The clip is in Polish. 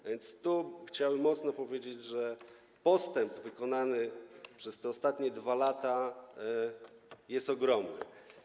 Tak więc chciałbym tu mocno powiedzieć, że postęp wykonany przez te ostatnie 2 lata jest ogromny.